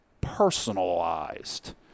personalized